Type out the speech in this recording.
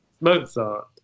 Mozart